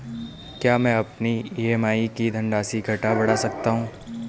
क्या मैं अपनी ई.एम.आई की धनराशि घटा बढ़ा सकता हूँ?